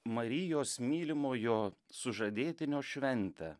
marijos mylimojo sužadėtinio šventę